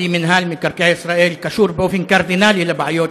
כי מינהל מקרקעי ישראל קשור באופן קרדינלי לבעיות